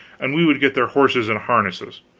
and we would get their horses and harness.